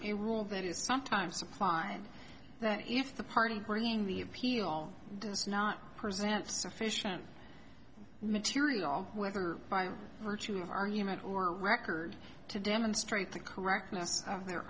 a rule that is sometimes applied that if the party bringing the appeal does not present sufficient material whether by virtue of argument or record to demonstrate the correctness of their